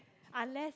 unless